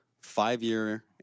five-year